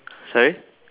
sorry